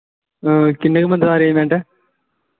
किन्ने क बंदें दा अरेंजमैंट ऐ